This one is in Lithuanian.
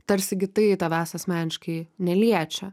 tarsi gi tai tavęs asmeniškai neliečia